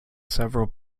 several